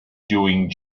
doing